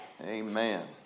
Amen